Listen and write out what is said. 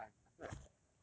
honestly I I feel like